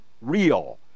real